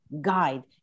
guide